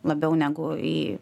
labiau negu į